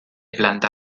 planta